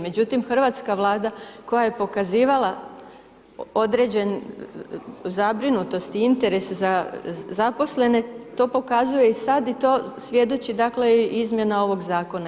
Međutim, hrvatska Vlada koja je pokazivala određenu zabrinutost i interes za zaposlene to pokazuje i sada i to svjedoči dakle izmjena ovoga zakona.